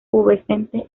pubescente